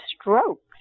strokes